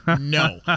no